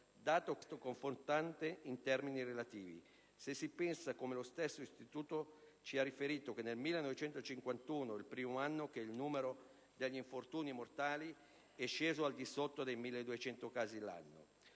dato questo confortante in termini relativi, se si pensa che - come lo stesso Istituto ci ha riferito - dal 1951 è il primo anno che il numero degli infortuni mortali è sceso al di sotto dei 1.200 casi l'anno;